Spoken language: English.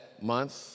month